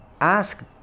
ask